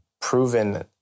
proven